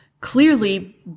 clearly